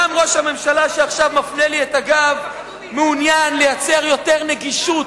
גם ראש הממשלה שעכשיו מפנה לי את הגב מעוניין לייצר יותר נגישות